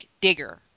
digger